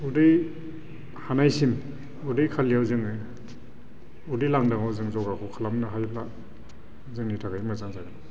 उदै हानायसिम उदै खालियाव जोङो उदै लांदाङाव जों जगाखौ खालामनो हायोब्ला जोंनि थाखाय मोजां जागोन